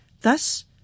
Thus